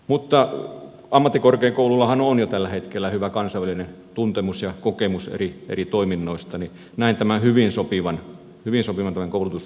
mutta ammattikorkeakouluillahan on jo tällä hetkellä hyvä kansainvälinen tuntemus ja kokemus eri toiminnoista niin että näen tämän koulutusviennin hyvin sopivan siihen kenttään